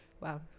Wow